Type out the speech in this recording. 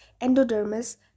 endodermis